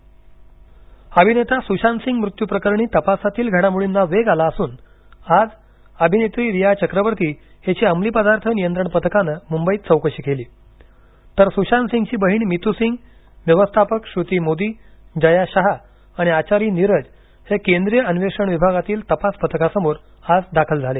सुशांत सिंग प्रकरण अभिनेता सुशांत सिंग मृत्यूप्रकरणी तपासातील घडामोडीना वेग आला असून आज अभिनेत्री रिया चक्रवर्ती हिची अंमलीपदार्थ नियंत्रण पथकान मुंबईत चौकशी केली तर सुशांतसिंगची बहीण मीतू सिंग व्यवस्थापक श्रुती मोदी जया शहा आणि आचारी नीरज हे केंद्रीय अन्वेषण विभागातील तपास पथकासमोर आज दाखल झाले